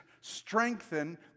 strengthen